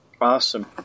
Awesome